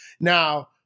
Now